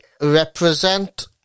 represent